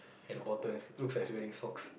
at the bottom looks like is wearing socks